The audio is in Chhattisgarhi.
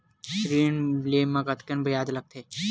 ऋण ले म कतेकन ब्याज लगथे?